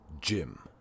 Jim